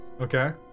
Okay